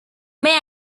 may